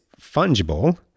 fungible